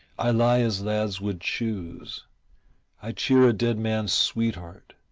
i lie as lads would choose i cheer a dead man's sweetheart,